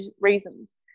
reasons